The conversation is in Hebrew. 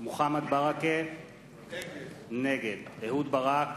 מוחמד ברכה, נגד אהוד ברק,